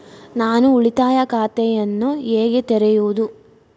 ನಾನು ಉಳಿತಾಯ ಖಾತೆಯನ್ನು ಹೇಗೆ ತೆರೆಯುವುದು?